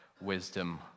Wisdom